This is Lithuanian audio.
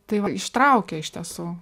tai va ištraukia iš tiesų